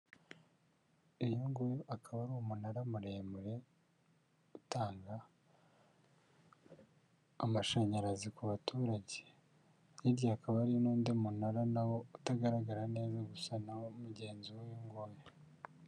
Uyu nguyu akaba ari umunara muremure utanga amashanyarazi ku baturage. Hirya hakaba hari n'undi munara na wo utagaragara neza gusa na wo ni mugenzi w'uyu nguyu.